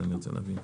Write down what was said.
אני רוצה להבין.